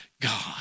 God